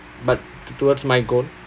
but to~ towards my goal